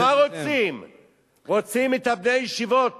רוצים את בני הישיבות